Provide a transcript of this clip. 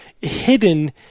hidden